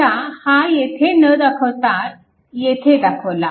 समजा हा येथे न दाखवता येथे दाखवला